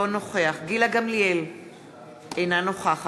אינו נוכח